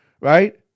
right